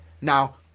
Now